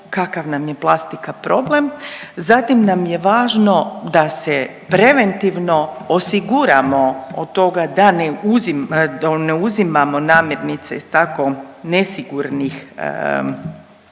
kakav nam je plastika problem, zatim nam je važno da se preventivno osiguramo od toga ne uzimamo namirnice iz tako nesigurnih